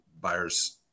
buyers